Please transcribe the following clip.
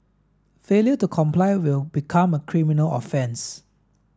failure to comply will become a criminal offence